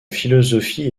philosophie